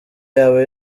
yaba